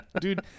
dude